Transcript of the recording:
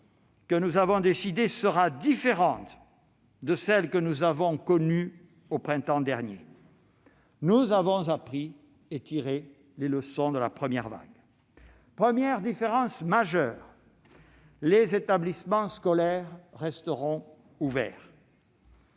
que nous avons décidée sera différente de celle que nous avons connue au printemps dernier. Nous avons appris et tiré des leçons de la première vague. Première différence majeure : les établissements scolaires resteront ouverts.